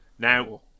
Now